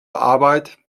arbeit